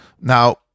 now